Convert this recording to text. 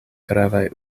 gravaj